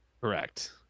Correct